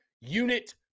unit